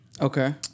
Okay